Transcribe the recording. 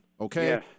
Okay